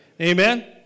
Amen